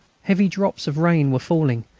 heavy drops of rain were falling,